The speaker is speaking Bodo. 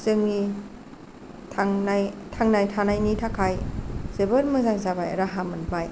जोंनि थांनाय थांना थानायनि थाखाय जोबोर मोजां जाबाय राहा मोनबाय